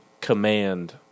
command